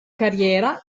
carriera